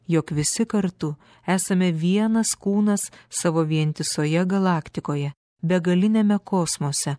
jog visi kartu esame vienas kūnas savo vientisoje galaktikoje begaliniame kosmose